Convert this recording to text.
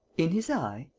in his eye?